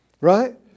Right